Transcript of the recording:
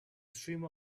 streamer